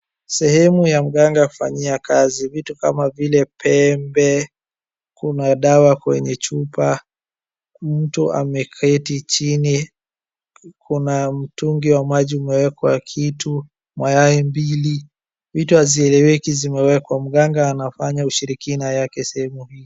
Sehemu ya mganga kufanyia kazi, vitu kama vile pembe, kuna dawa kwenye chupa. Mtu ameketi chini, kuna mtungi wa maji umewekwa kitu, mayai mbili, vitu hazieleweki zimewekwa. Mganga anafanya ushirikina yake sehemu hii.